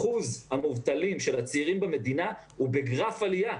אחוז המובטלים בקרב הצעירים במדינה הוא בגרף עלייה,